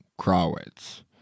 Krawitz